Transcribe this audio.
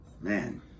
Man